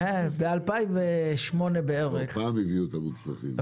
פעם הביאו אותם מכספים.